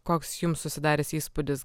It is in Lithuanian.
koks jums susidaręs įspūdis